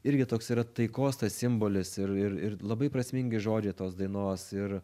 irgi toks yra taikos tas simbolis ir ir ir labai prasmingi žodžiai tos dainos ir